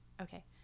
Okay